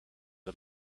the